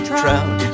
trout